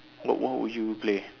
what what would you play